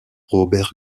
robert